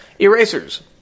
erasers